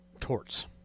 Torts